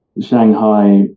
Shanghai